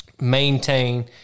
maintain